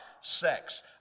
sex